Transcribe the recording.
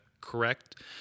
correct